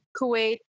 Kuwait